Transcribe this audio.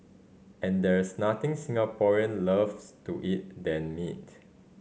and there's nothing Singaporean loves to eat than meat